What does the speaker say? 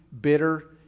bitter